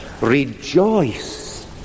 Rejoice